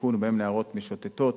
ובהם נערות משוטטות.